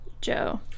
joe